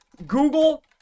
Google